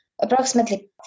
approximately